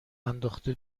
انداخته